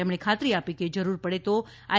તેમણે ખાતરી આપી કે જરૂર પડે તો આઇ